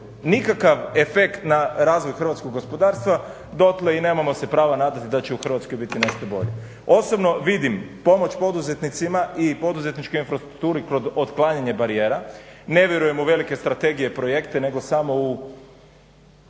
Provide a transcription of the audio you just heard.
nikakav efekt na razvoj hrvatskog gospodarstva, dotle i nemamo se pravo nadati da će u Hrvatskoj biti nešto bolje. Osobno vidim pomoć poduzetnicima i poduzetničkoj infrastrukturi kroz otklanjanje barijera, ne vjerujem u velike strategije i projekte nego samo u